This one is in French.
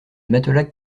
matelas